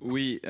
Oui.